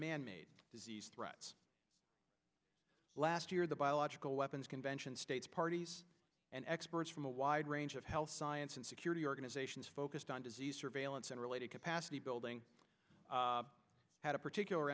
man made disease threats last year the biological weapons convention states parties and experts from a wide range of health science and security organizations focused on disease surveillance and related capacity building had a particular